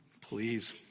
Please